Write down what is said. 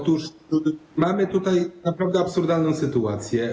Otóż mamy tutaj naprawdę absurdalną sytuację.